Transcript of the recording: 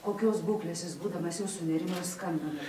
kokios būklės jis būdamas jau sunerimęs skambino